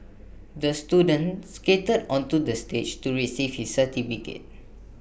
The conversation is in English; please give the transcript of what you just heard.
the student skated onto the stage to receive his certificate